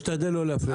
אשתדל לא להפריע.